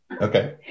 Okay